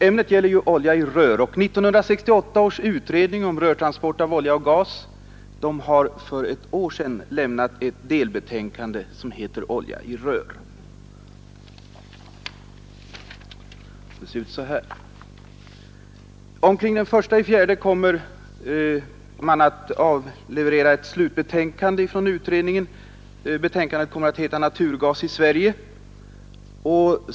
Ämnet är olja i rör, och 1968 års utredning om rörtransport av olja och gas lämnade för ett år sedan ett delbetänkande, som heter ”Olja i 59 rör”. Omkring den 1 april kommer utredningen att leverera ett slutbetänkande, som skall heta ”Naturgas i Sverige”.